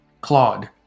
Claude